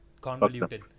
convoluted